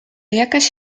jakaś